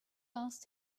asked